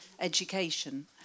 education